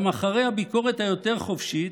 גם אחרי הביקורת היותר-חופשית,